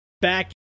back